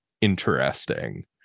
interesting